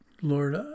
Lord